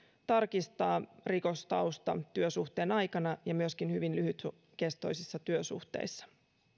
tarkistaa rikostausta työsuhteen aikana ja myöskin hyvin lyhytkestoisissa työsuhteissa